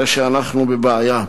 הרי שאנחנו בבעיה.